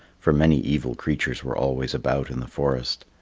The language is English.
for many evil creatures were always about in the forest.